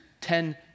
ten